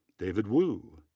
david wu,